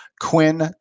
Quinn